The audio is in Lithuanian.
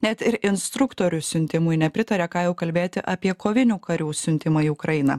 net ir instruktorių siuntimui nepritaria ką jau kalbėti apie kovinių karių siuntimą į ukrainą